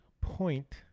Point